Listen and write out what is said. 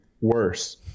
worse